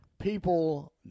people